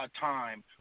time